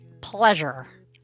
pleasure